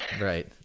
Right